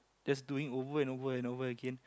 just doing over and over and over again